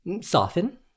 soften